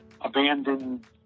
abandoned